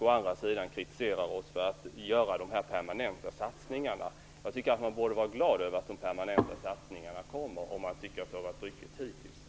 Å andra sidan kritiserade hon oss för de permanenta satsningarna. Jag tycker att man borde vara glad över att de permanenta satsningarna kommer, om man tycker att det har varit ryckigt hittills.